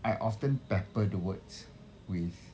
I often pepper the words with